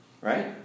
Right